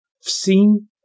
seen